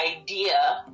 idea